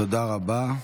תודה רבה.